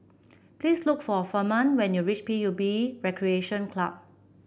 please look for Furman when you reach P U B Recreation Club